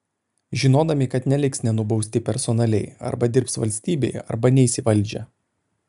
žinodami kad neliks nenubausti personaliai arba dirbs valstybei arba neis į valdžią